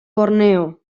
borneo